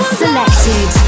selected